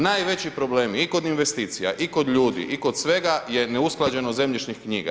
Najveći problemi i kod investicija i kod ljudi i kod svega je neusklađenost zemljišnih knjiga.